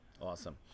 Awesome